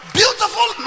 beautiful